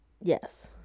Yes